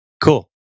Cool